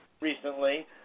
recently